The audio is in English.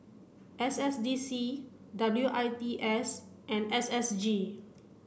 S S D C W I T S and S S G